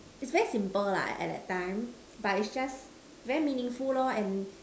is very simple lah at that time but it's just very meaningful of and